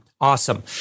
Awesome